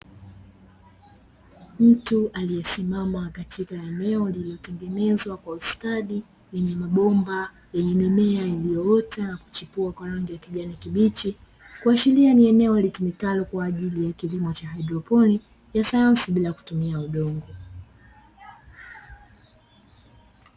Mtu aliyesimama katika eneo lililotengenezwa kwa ustadi lenye mabomba yenye mimea iliyoota na kuchipua kwa rangi ya kijani kibichi, kuashiria ni eneo litumikalo kwa ajili ya kilimo cha haidroponi ya sayansi bila kutumia udongo.